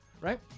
right